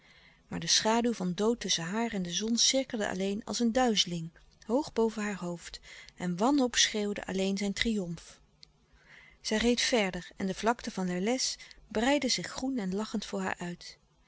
maar de schaduw van dood tusschen haar en de zon cirkelde alleen als een duizeling hoog boven haar hoofd en wanhoopschreeuwde alleen zijn triomf zij reed verder en de vlakte van lellès breidde zich groen en lachend voor haar uit